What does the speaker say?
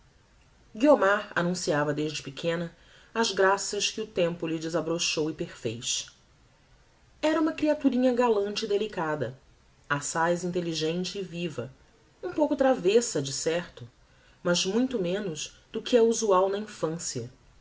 guiomar annunciava desde pequena as graças que o tempo lhe desabrochou e perfez era uma creaturinha galante e delicada assaz intelligente e viva um pouco travêssa de certo mas muito menos do que é usual na infancia